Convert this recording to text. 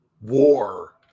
war